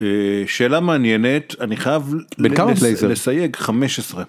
שאלה מעניינת אני חייב לסייג 15.